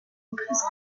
représentées